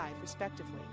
respectively